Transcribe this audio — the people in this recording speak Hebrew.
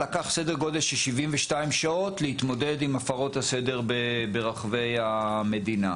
לקח סדר גודל של 72 שעות להתמודד עם הפרות הסדר ברחבי המדינה.